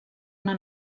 una